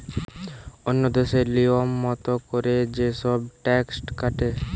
ওন্য দেশে লিয়ম মত কোরে যে সব ট্যাক্স কাটে